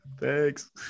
Thanks